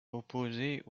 opposés